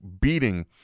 beating